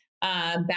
Back